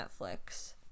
Netflix